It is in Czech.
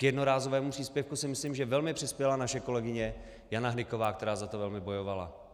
K jednorázovému příspěvku si myslím, že velmi přispěla naše kolegyně Jana Hnyková, která za to velmi bojovala.